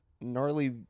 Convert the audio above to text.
gnarly